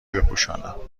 بپوشانم